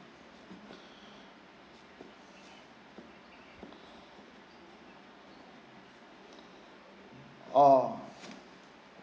orh